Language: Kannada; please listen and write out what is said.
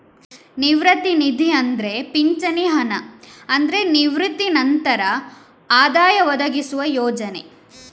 ನಿವೃತ್ತಿ ನಿಧಿ ಅಂದ್ರೆ ಪಿಂಚಣಿ ಹಣ ಅಂದ್ರೆ ನಿವೃತ್ತಿ ನಂತರ ಆದಾಯ ಒದಗಿಸುವ ಯೋಜನೆ